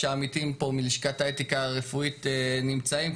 שהעמיתים פה מלשכת האתיקה הרפואית נמצאים,